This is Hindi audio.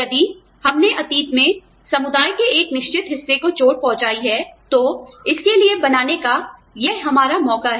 यदि हमने अतीत में समुदाय के एक निश्चित हिस्से को चोट पहुँचाई है तो इसके लिए बनाने का यह हमारा मौका है